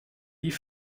die